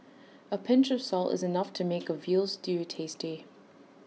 A pinch of salt is enough to make A Veal Stew tasty